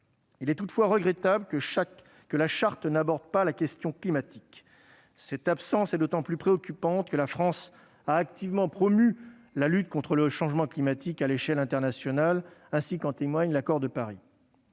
Il est toutefois regrettable que la Charte n'aborde pas la question climatique. Cette absence est d'autant plus préoccupante que la France a activement promu la lutte contre le changement climatique à l'échelle internationale, ainsi qu'en témoigne l'accord de Paris.